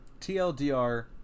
TLDR